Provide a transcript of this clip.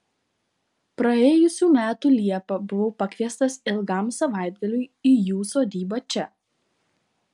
praėjusių metų liepą buvau pakviestas ilgam savaitgaliui į jų sodybą čia